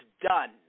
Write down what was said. done